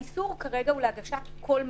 האיסור כרגע הוא להגשת כל מזון.